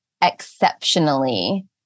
exceptionally